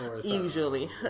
usually